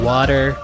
Water